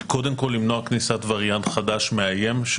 קודם כול מניעת כניסת וריאנט חדש מאיים,